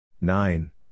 Nine